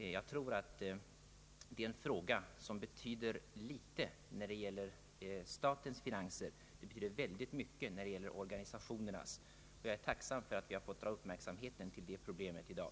Jag tror att det är en fråga som betyder litet när det gäller statens finanser, men väldigt mycket när det gäller organisationernas. Jag är tacksam för att vi har fått uppmärksamheten ytterligare riktad på det problemet i dag.